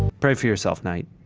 pray for yourself, knight.